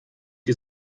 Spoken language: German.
die